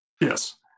Yes